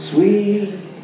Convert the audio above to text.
Sweet